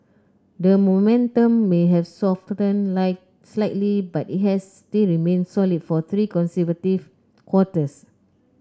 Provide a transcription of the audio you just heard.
the momentum may have softened slightly but it has still remained solid for three consecutive quarters